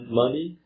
money